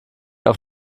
auf